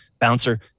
bouncer